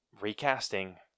recasting